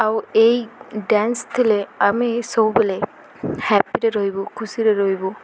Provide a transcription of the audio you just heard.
ଆଉ ଏଇ ଡ଼୍ୟାନ୍ସ ଥିଲେ ଆମେ ସବୁବେଲେ ହ୍ୟାପିରେ ରହିବୁ ଖୁସିରେ ରହିବୁ